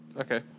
Okay